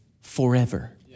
forever